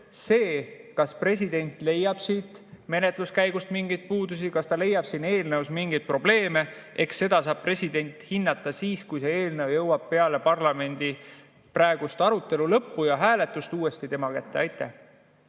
seda, kas president leiab siit menetluskäigust mingeid puudusi, kas ta leiab siin eelnõus mingeid probleeme, saab president hinnata siis, kui see eelnõu jõuab peale parlamendi praeguse arutelu lõppu ja hääletust uuesti tema kätte. Aitäh!